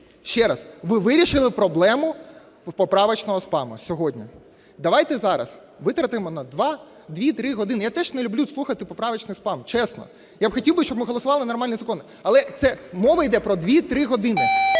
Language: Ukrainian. Ще раз, ви вирішили проблему поправочного спаму сьогодні. Давайте зараз витратимо дві-три години, я теж не люблю слухати поправочний спам, чесно, я б хотів, щоб ми голосували нормальні закони, але це мова йде про дві-три години.